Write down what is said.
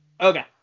Okay